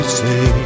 say